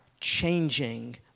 changing